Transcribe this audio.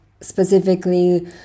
specifically